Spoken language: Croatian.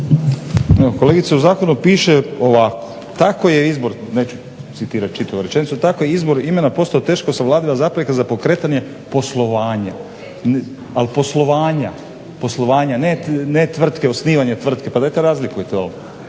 kolegice u zakonu piše ova, tako je izbor, neću citirati čitavu rečenicu: tako je izbor imena postao teško savladiva zapreka za pokretanje poslovanja. Ali poslovanja, poslovanja, ne tvrtke, osnivanje tvrtke, pa dajte razlikujte ovo.